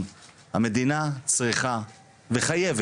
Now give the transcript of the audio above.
רק לאחר